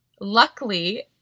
Luckily